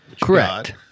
Correct